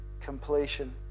completion